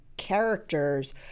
characters